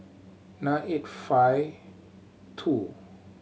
nine eight five two